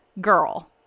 girl